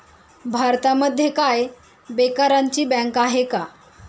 भारतामध्ये काय बेकारांची बँक आहे का?